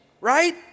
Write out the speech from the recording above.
right